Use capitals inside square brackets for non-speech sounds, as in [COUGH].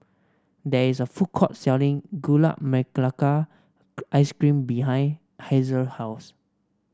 there is a food court selling gula [UNINTELLIGIBLE] ice cream behind Hazelle house